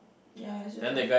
ya it's just a